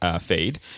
feed